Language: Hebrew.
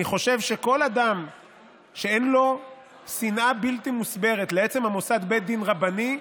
אני חושב שכל אדם שאין לו שנאה בלתי מוסברת לעצם המוסד בית דין רבני,